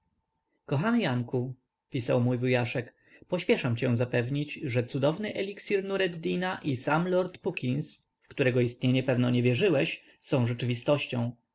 kochany janku pisał mój wujaszek pośpiszam zapewnić że cudowny eliksir nureddina i sam lord puckins w którego istnienie pewno nie wierzyłeś są rzeczywistością